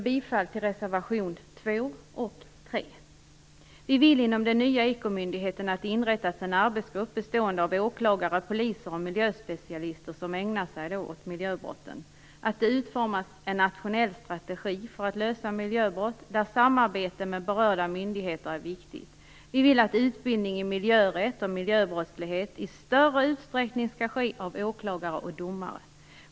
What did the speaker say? Vi vill att det inom den nya ekomyndigheten inrättas en arbetsgrupp bestående av åklagare, poliser och miljöspecialister som ägnar sig åt miljöbrotten. Vi vill att det utformas en nationell strategi för att lösa miljöbrott, där samarbete med berörda myndigheter är viktigt. Vi vill att utbildning av åklagare och domare i miljörätt och när det gäller miljöbrottslighet skall ske i större utsträckning.